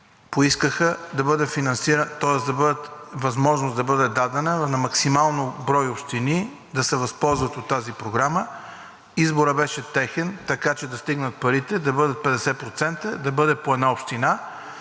поискаха да бъде дадена възможност на максимален брой общини да се възползват от тази програма. Изборът беше техен, така че да стигнат парите, да бъдат 50%, да бъде по една община